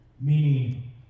Meaning